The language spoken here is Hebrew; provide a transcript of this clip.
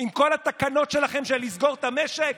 עם כל התקנות שלכם של לסגור את המשק?